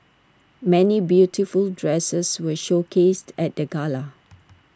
many beautiful dresses were showcased at the gala